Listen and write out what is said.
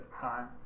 time